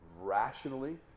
rationally